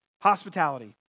hospitality